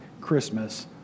Christmas